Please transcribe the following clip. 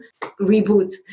reboot